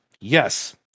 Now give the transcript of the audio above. yes